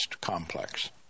complex